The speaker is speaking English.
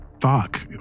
Fuck